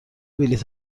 بلیط